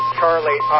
Charlie